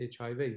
HIV